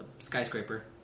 skyscraper